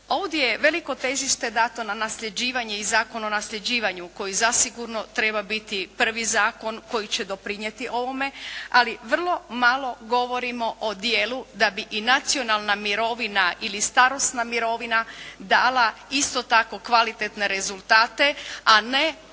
Ovdje je veliko težište dato na nasljeđivanje i Zakon o nasljeđivanju koji zasigurno treba biti prvi zakon koji će doprinijeti ovome, ali vrlo malo govorimo o dijelu da bi i nacionalna mirovina ili starosna mirovina dala isto tako kvalitetne rezultate, a ne